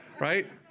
Right